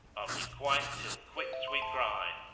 i'll requite till quits we cry!